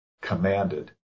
commanded